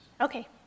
Okay